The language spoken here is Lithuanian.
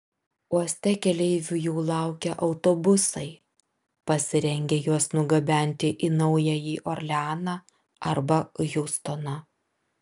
uoste keleivių jau laukia autobusai pasirengę juos nugabenti į naująjį orleaną arba hjustoną